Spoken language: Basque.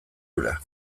hura